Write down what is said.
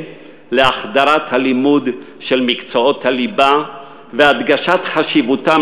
להחדרת הלימוד של מקצועות הליבה והדגשת חשיבותם